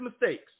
mistakes